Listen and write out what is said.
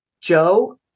Joe